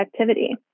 activity